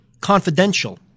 confidential